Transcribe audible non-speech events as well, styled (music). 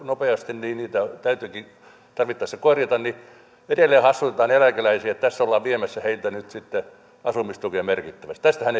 nopeasti niin niitä täytyykin tarvittaessa korjata edelleen hassuttaa eläkeläisiä että tässä ollaan viemässä heiltä nyt sitten asumistukea merkittävästi tästähän (unintelligible)